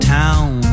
town